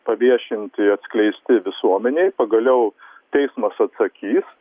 paviešinti atskleisti visuomenei pagaliau teismas atsakys